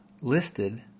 listed